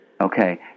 Okay